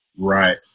Right